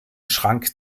schrank